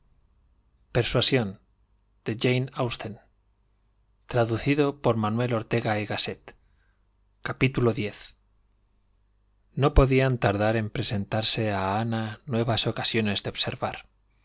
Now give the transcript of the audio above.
reflexión para lograr el sosiego capitulo x no podían tardar en presentarse a ana nuevas ocasiones de observar